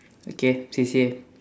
okay C_C_A